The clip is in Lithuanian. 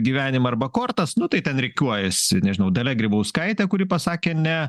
gyvenimą arba kortas nu tai ten rikiuojasi nežinau dalia grybauskaitė kuri pasakė ne